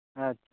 ᱟᱪᱪᱷᱟ